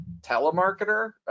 telemarketer